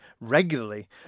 regularly